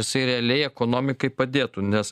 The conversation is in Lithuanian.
jisai realiai ekonomikai padėtų nes